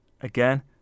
again